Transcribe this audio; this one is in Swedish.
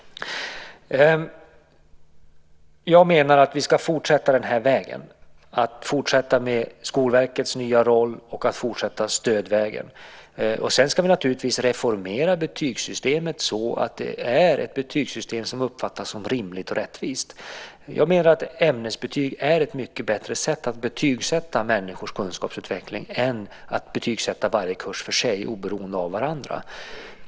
Jag menar att vi ska fortsätta den här vägen - fortsätta med Skolverkets nya roll och fortsätta med stödvägen. Sedan ska vi naturligtvis reformera betygssystemet så att det är ett betygssystem som uppfattas som rimligt och rättvist. Jag menar att ämnesbetyg är ett mycket bättre sätt att betygssätta människors kunskapsutveckling än att betygssätta varje kurs för sig oberoende av varandra.